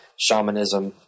shamanism